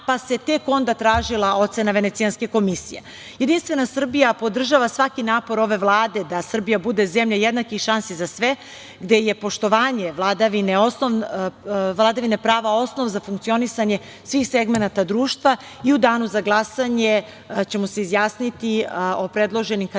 pa se tek onda tražila ocena Venecijanske komisije. Jedinstvena Srbija podržava svaki napor ove Vlade da Srbija bude zemlja jednakih šansi za sve, gde je poštovanje vladavine prava osnov za funkcionisanje svih segmenata društva. U danu za glasanje ćemo se izjasniti o predloženim kandidatima